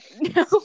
No